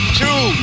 two